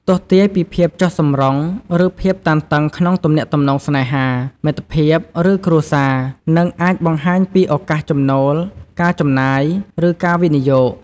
ទស្សន៍ទាយពីភាពចុះសម្រុង ឬភាពតានតឹងក្នុងទំនាក់ទំនងស្នេហា មិត្តភាព ឬគ្រួសារ និងអាចបង្ហាញពីឱកាសចំណូល ការចំណាយ ឬការវិនិយោគ។